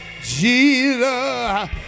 Jesus